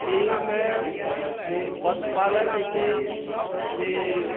एहिमे पशुपालन जे छै से